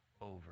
over